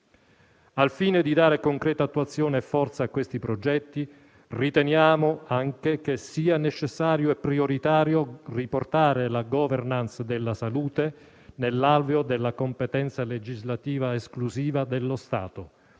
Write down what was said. Al fine di dare concreta attuazione e forza a questi progetti, riteniamo anche necessario e prioritario riportare la *governance* della salute nell'alveo della competenza legislativa esclusiva dello Stato,